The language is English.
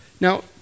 Now